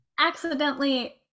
Accidentally